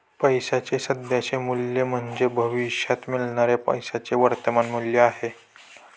पैशाचे सध्याचे मूल्य म्हणजे भविष्यात मिळणाऱ्या पैशाचे वर्तमान मूल्य आहे